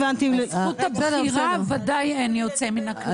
לזכות הבחירה ודאי אין יוצא מן הכלל.